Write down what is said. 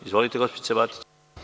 Izvolite, gospođice Batić.